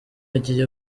agiye